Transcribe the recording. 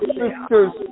sisters